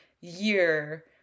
year